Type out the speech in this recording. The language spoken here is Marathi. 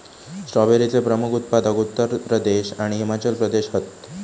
स्ट्रॉबेरीचे प्रमुख उत्पादक उत्तर प्रदेश आणि हिमाचल प्रदेश हत